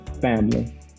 family